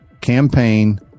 Campaign